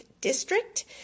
district